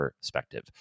perspective